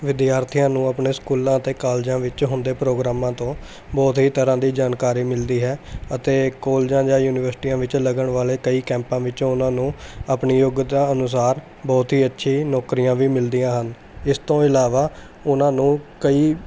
ਵਿਦਿਆਰਥੀਆਂ ਨੂੰ ਆਪਣੇ ਸਕੂਲਾਂ ਅਤੇ ਕਾਲਜਾਂ ਵਿੱਚ ਹੁੰਦੇ ਪ੍ਰੋਗਰਾਮਾਂ ਤੋਂ ਬਹੁਤ ਹੀ ਤਰ੍ਹਾਂ ਦੀ ਜਾਣਕਾਰੀ ਮਿਲਦੀ ਹੈ ਅਤੇ ਕੋਲਜਾਂ ਜਾਂ ਯੂਨੀਵਰਸਿਟੀਆਂ ਵਿੱਚ ਲੱਗਣ ਵਾਲੇ ਕਈ ਕੈਂਪਾਂ ਵਿੱਚੋਂ ਉਹਨਾਂ ਨੂੰ ਆਪਣੀ ਯੋਗਤਾ ਅਨੁਸਾਰ ਬਹੁਤ ਹੀ ਅੱਛੀ ਨੌਕਰੀਆਂ ਵੀ ਮਿਲਦੀਆਂ ਹਨ ਇਸ ਤੋਂ ਇਲਾਵਾ ਉਹਨਾਂ ਨੂੰ ਕਈ